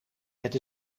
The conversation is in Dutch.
het